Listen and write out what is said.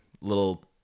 little